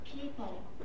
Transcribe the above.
people